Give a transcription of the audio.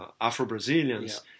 Afro-Brazilians